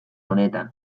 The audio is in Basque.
honetan